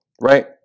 Right